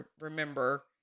remember